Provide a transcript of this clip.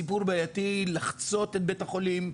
סיפור בעייתי לחצות את בית החולים,